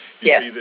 Yes